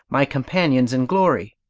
my companions in glory?